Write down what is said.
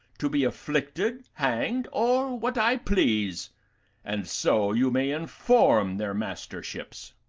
to be afflicted, hanged, or what i please and so you may inform their masterships.